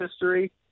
history